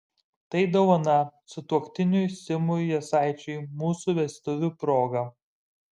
tai dovana sutuoktiniui simui jasaičiui mūsų vestuvių proga